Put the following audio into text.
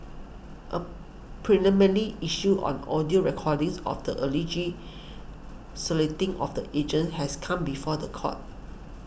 a issue on audio recordings of the alleged soliciting of the agents has come before the court